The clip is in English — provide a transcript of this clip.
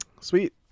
Sweet